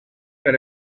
per